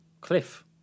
cliff